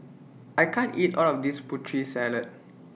I can't eat All of This Putri Salad